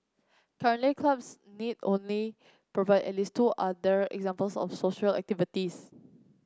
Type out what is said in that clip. currently clubs need only provide at least two other examples of social activities